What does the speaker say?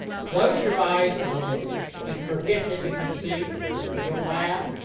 close your eyes a moment and forget that you can see the field lab,